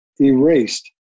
erased